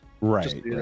Right